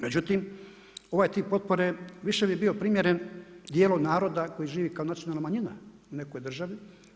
Međutim, ovaj tip potpore više bi bio primjeren dijelu naroda koji živi kao nacionalna manjina u nekoj državi.